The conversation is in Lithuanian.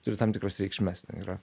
turi tam tikras reikšmes ten yra